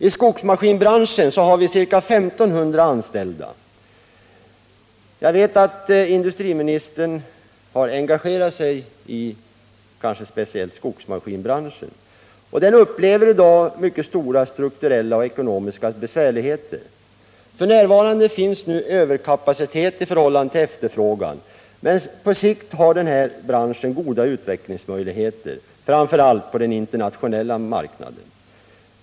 + I skogsmaskinbranschen har vi ca 1 500 anställda. Jag vet att industriministern har engagerat sig kanske speciellt i skogsmaskinbranschen, och den har i dag stora strukturella och ekonomiska besvärligheter. F.n. finns överkapacitet i förhållande till efterfrågan, men på sikt har branschen goda utvecklingsmöjligheter, framför allt på den internationella marknaden.